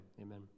amen